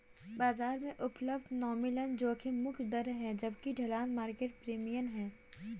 बाजार में उपलब्ध नॉमिनल जोखिम मुक्त दर है जबकि ढलान मार्केट प्रीमियम है